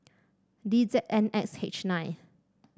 D Z N X H nine